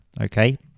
okay